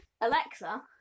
Alexa